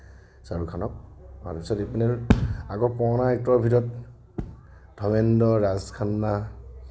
শ্বাহৰুখ খানক তাৰপিছত এইপিনে আগৰ পুৰণা এক্টৰৰ ভিতৰত ধৰ্মেন্দ্ৰ ৰাজেশ খান্না